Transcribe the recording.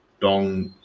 Dong